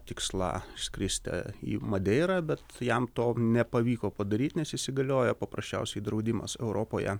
tikslą skristi į madeirą bet jam to nepavyko padaryt nes įsigaliojo paprasčiausiai draudimas europoje